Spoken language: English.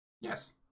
Yes